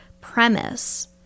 premise